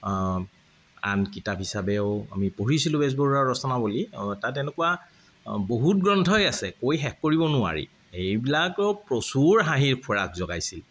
আন কিতাপ হিচাপেও আমি পঢ়িছিলোঁ বেজবৰুৱাৰ ৰচনাৱলী তাত এনেকুৱা বহুত গ্ৰন্থই আছে কৈ শেষ কৰিব নোৱাৰি সেইবিলাকো প্ৰচুৰ হাঁহিৰ খোৰাক জগাইছিল